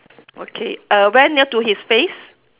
okay err very near to his face